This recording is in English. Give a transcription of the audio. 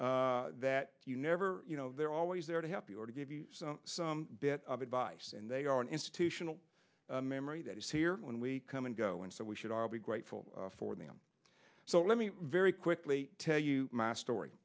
that you never they're always there to help you or to give you some bit of advice and they are an institutional memory that is here when we come and go and so we should all be grateful for them so let me very quickly tell you my story